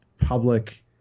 public